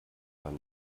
beim